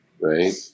right